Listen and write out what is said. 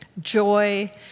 joy